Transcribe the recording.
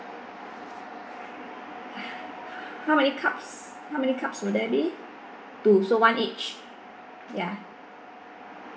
how many cups how many cups will there be two so one each ya